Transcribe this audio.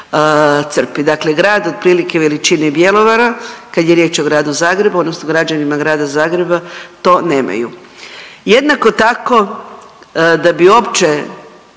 trpi. Dakle, grad otprilike veličine Bjelovara kad je riječ o gradu Zagrebu odnosno građanima grada Zagreba to nemajku. Jednako tako da bi uopće